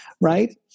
right